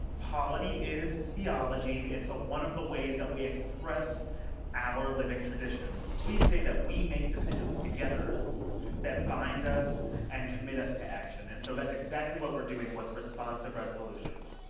polity is theology. it's ah one of the ways that we express our living tradition. we say that we make decisions together that bind us and committees to action and so that's exactly what we're doing with responsive resolutions.